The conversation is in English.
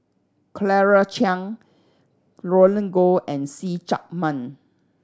Claire Chiang Roland Goh and See Chak Mun